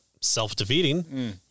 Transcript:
self-defeating